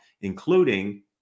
including